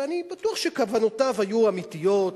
ואני בטוח שכוונותיו היו אמיתיות,